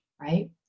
right